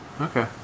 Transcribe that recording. Okay